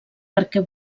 perquè